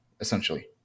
essentially